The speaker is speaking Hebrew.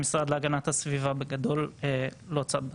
המשרד להגנת הסביבה, בגדול, הוא לא צד בסיפור.